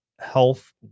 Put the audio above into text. health